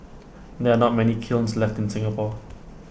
there are not many kilns left in Singapore